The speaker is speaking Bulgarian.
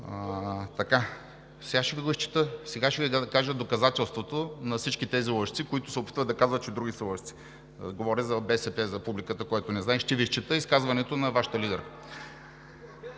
Сега ще Ви го изчета. Сега ще Ви кажа доказателството на всички тези лъжци, които се опитват да кажат, че други са лъжци. Говоря за БСП – за публиката, която не знае. Ще Ви изчета изказването на Вашата лидерка.